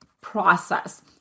process